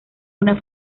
una